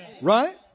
Right